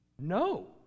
No